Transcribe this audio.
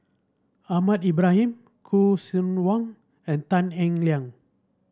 Ahmad Ibrahim Khoo Seok Wan and Tan Eng Liang